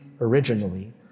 originally